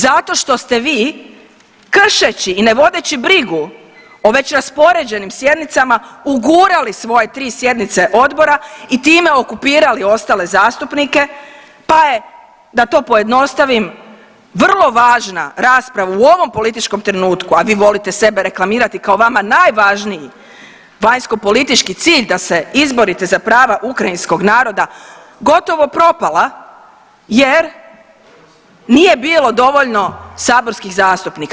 Zato to ste vi kršeći i ne vodeći brigu o već raspoređenim sjednicama ugurali svoje tri sjednice odbora i time okupirali ostale zastupnike pa je da to pojednostavim, vrlo važna rasprava u ovom političkom trenutku, a vi volite sebe reklamirati kao vama najvažniji vanjskopolitički cilj da se izborite prava ukrajinskog naroda, gotovo propala jer nije bilo dovoljno saborskih zastupnika.